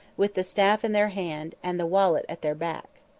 with the staff in their hand, and the wallet at their back.